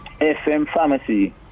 fmpharmacy